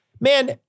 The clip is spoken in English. man